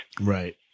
Right